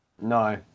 No